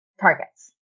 targets